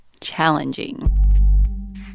challenging